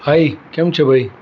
હાય કેમ છો ભાઈ